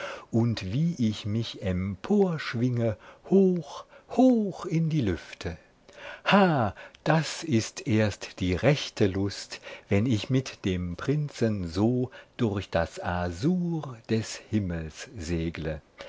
und wie ich mich emporschwinge hoch hoch in die lüfte ha das ist erst die rechte lust wenn ich mit dem prinzen so durch das azur des himmels